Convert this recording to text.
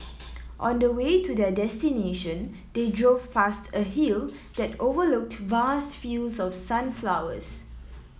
on the way to their destination they drove past a hill that overlooked vast fields of sunflowers